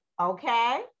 okay